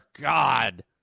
God